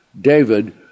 David